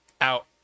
out